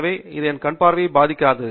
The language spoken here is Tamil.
எனவே அது என் கண் பார்வையை பாதிக்காது